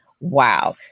Wow